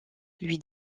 lui